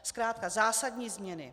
Zkrátka zásadní změny.